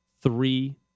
three